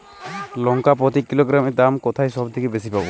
লঙ্কা প্রতি কিলোগ্রামে দাম কোথায় সব থেকে বেশি পাব?